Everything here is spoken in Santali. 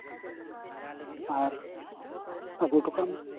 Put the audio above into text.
ᱟᱨ ᱟᱹᱜᱩ ᱦᱚᱴᱚᱠᱟᱜ ᱢᱮ